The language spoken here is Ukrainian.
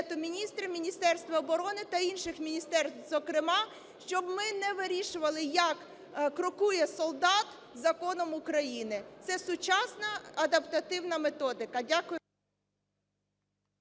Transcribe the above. Міністрів, Міністерства оборони та інших міністерств зокрема, щоб ми не вирішували, як крокує солдат, законом України. Це сучасна адаптативна методика. Дякую.